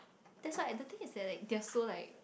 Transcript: that's why the thing is that like guess so like